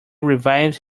revives